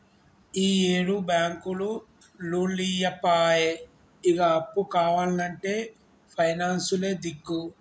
ఈయేడు బాంకులు లోన్లియ్యపాయె, ఇగ అప్పు కావాల్నంటే పైనాన్సులే దిక్కు